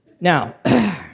Now